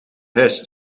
huis